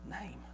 name